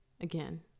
Again